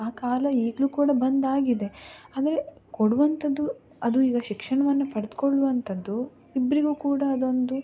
ಆ ಕಾಲ ಈಗಲೂ ಕೂಡ ಬಂದಾಗಿದೆ ಅಂದರೆ ಕೊಡುವಂತದ್ದು ಅದು ಈಗ ಶಿಕ್ಷಣವನ್ನು ಪಡೆದುಕೊಳ್ಳುವಂತದ್ದು ಇಬ್ಬರಿಗೂ ಕೂಡ ಅದೊಂದು